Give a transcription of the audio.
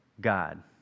God